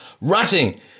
rutting